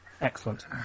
Excellent